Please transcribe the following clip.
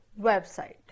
website